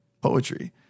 poetry